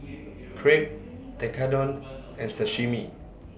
Crepe Tekkadon and Sashimi